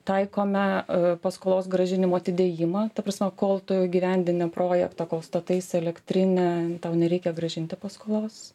taikome paskolos grąžinimo atidėjimą ta prasme kol tu įgyvendini projektą kol stataisi elektrinę tau nereikia grąžinti paskolos